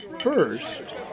first